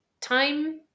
Time